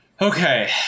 Okay